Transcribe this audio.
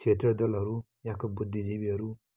क्षेत्रीय दलहरू यहाँको बुद्धिजीवीहरू